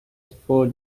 for